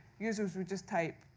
users would just type,